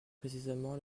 précisément